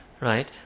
right